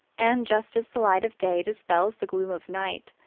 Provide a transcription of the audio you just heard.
and, just as the light of day dispels the gloom of night,